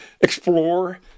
explore